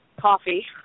coffee